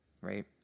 Right